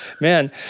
Man